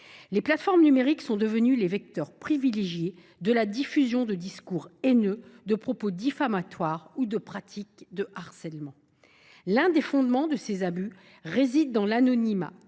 Les plateformes numériques sont devenues les vecteurs privilégiés de la diffusion de discours haineux, de propos diffamatoires ou de pratiques de harcèlement. L’un des fondements de ces abus réside dans l’anonymat